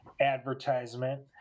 advertisement